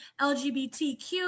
LGBTQ